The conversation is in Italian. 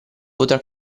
potrà